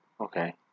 Okay